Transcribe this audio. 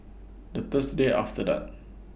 The Thursday after that